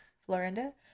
florinda